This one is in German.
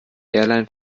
airline